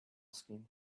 skin